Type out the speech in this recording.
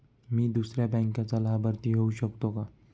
मी दुसऱ्या बँकेचा लाभार्थी होऊ शकतो का?